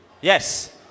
Yes